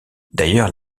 d’ailleurs